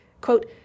quote